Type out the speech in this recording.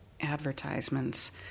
advertisements